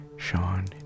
Sean